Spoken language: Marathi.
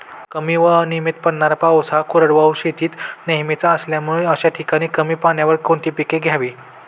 कमी व अनियमित पडणारा पाऊस हा कोरडवाहू शेतीत नेहमीचा असल्यामुळे अशा ठिकाणी कमी पाण्यावर कोणती पिके घ्यावी?